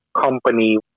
company